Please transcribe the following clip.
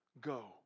go